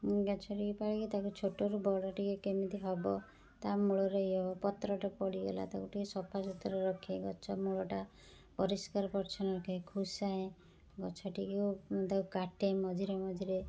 ଗଛଟିକୁ ପାଳି ତାକୁ ଛୋଟରୁ ବଡ଼ଟିଏ କେମିତି ହବ ତା' ମୂଳରେ ପତ୍ରଟିଏ ପଡ଼ି ଗଲା ତାକୁ ଟିକିଏ ସଫା ସୁତରା ରଖିବା ଗଛ ମୂଳଟା ପରିଷ୍କାର ପରିଚ୍ଛନ୍ନ ରଖେ ଖୋସାଏ ଗଛଟିକୁ ତାକୁ କାଟେ ମଝିରେ ମଝିରେ